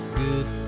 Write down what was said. good